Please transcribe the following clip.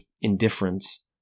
indifference